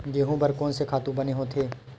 गेहूं बर कोन से खातु बने होथे?